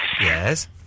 Yes